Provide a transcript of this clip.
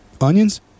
Onions